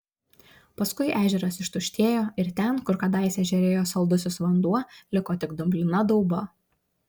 paskui ežeras ištuštėjo ir ten kur kadaise žėrėjo saldusis vanduo liko tik dumblina dauba